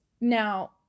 now